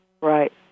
Right